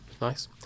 nice